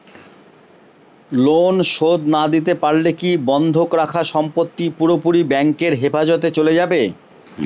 Loan শোধ না দিতে পারলে কি বন্ধক রাখা সম্পত্তি পুরোপুরি ব্যাংকের হেফাজতে চলে যাবে?